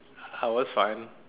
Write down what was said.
I was fine